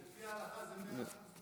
לפי ההלכה, זה 100% גויה.